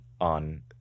on